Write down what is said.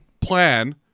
plan